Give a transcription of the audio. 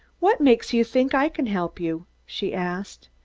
what makes you think i can help you? she asked.